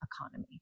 economy